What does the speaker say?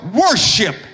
worship